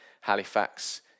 Halifax